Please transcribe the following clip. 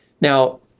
Now